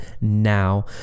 now